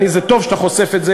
וטוב שאתה חושף את זה,